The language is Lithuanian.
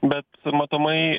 bet matomai